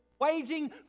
waging